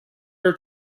her